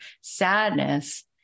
sadness